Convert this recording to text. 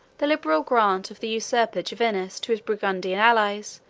the liberal grant of the usurper jovinus to his burgundian allies,